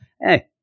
hey